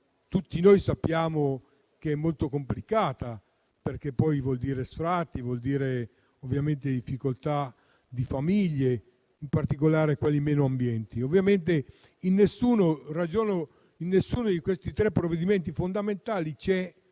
tutti noi sappiamo essere molto complicata. Morosità vuol dire sfratti e vuol dire ovviamente difficoltà per le famiglie, in particolare per quelle meno abbienti. In nessuno di questi tre provvedimenti fondamentali c'è